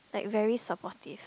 like very supportive